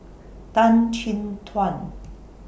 Tan Chin Tuan